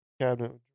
cabinet